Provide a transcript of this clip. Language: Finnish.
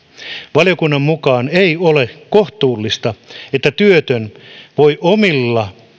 valiokunnan mukaan ei ole kohtuullista ettei työtön voi omilla